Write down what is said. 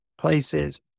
places